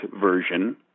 version